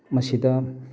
ꯃꯁꯤꯗ